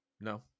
No